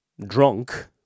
drunk